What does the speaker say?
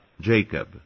Jacob